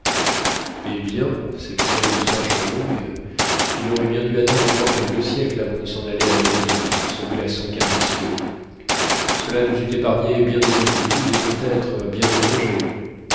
eh bien s'écria le sergent long il aurait bien dû attendre encore quelques siècles avant de s'en aller à la dérive ce glaçon capricieux cela nous eût épargné bien des inquiétudes et peutêtre bien des dangers